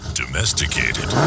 domesticated